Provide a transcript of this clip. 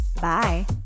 Bye